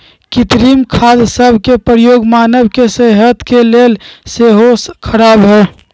कृत्रिम खाद सभ के प्रयोग मानव के सेहत के लेल सेहो ख़राब हइ